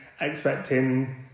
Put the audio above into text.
expecting